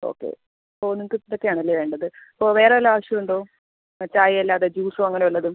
okay ഓ നിങ്ങൾക്ക് ഇതൊക്കെ ആണല്ലേ വേണ്ടത് ഓ വേറെ വല്ല ആവശ്യം ഉണ്ടോ ആ ചായ അല്ലാതെ ജ്യൂസോ അങ്ങനെ വല്ലതും